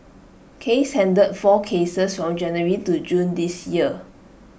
case handled four cases from January to June this year